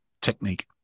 technique